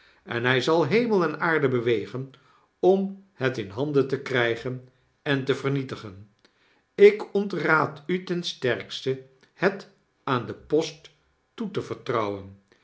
en hy zal hemel en aarde bewegen om het in handen te krijgen en te vernietigen ik ontraad u ten sterkste het aan de post toe te vertrouwen